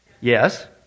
Yes